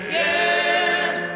yes